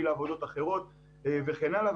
מי לעבודות אחרות וכן הלאה.